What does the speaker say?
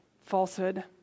falsehood